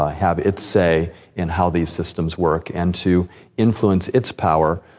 ah have its say in how these systems work, and to influence its power,